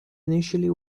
initially